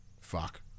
fuck